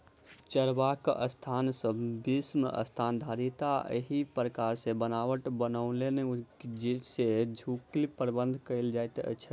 चरबाक स्थान सॅ विश्राम स्थल धरि एहि प्रकारक बाट बनओला सॅ झुंडक प्रबंधन कयल जाइत छै